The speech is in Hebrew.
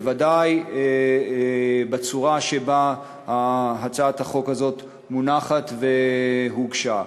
בוודאי בצורה שבה הצעת החוק הזו מונחת והוגשה.